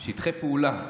שטחי פעולה.